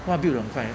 话 build 很快 right